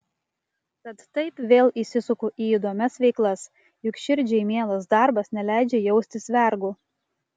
tad taip vėl įsisuku į įdomias veiklas juk širdžiai mielas darbas neleidžia jaustis vergu